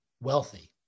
wealthy